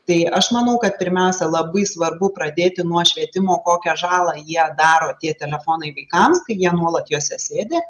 tai aš manau kad pirmiausia labai svarbu pradėti nuo švietimo kokią žalą jie daro tie telefonai vaikams kai jie nuolat juose sėdi